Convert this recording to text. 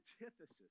antithesis